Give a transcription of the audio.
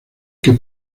que